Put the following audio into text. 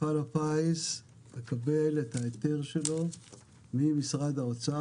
מפעל הפיס מקבל את ההיתר שלו ממשרד האוצר,